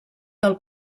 del